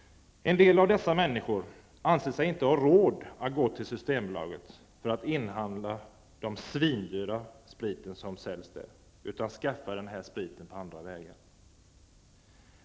En del av dessa människor anser sig inte ha råd att gå till Systembolaget för att inhandla den svindyra sprit som säljs där, utan de skaffar spriten på andra vägar.